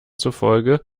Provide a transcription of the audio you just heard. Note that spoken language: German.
zufolge